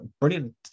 brilliant